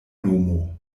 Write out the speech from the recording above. nomo